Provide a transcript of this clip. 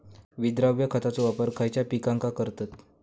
विद्राव्य खताचो वापर खयच्या पिकांका करतत?